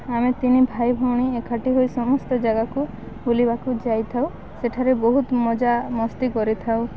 ଆମେ ତିନି ଭାଇ ଭଉଣୀ ଏକାଠି ହୋଇ ସମସ୍ତ ଜାଗାକୁ ବୁଲିବାକୁ ଯାଇଥାଉ ସେଠାରେ ବହୁତ ମଜା ମସ୍ତି କରିଥାଉ